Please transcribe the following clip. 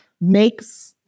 makes